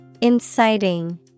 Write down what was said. Inciting